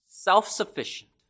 Self-sufficient